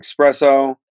espresso